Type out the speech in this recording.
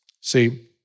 See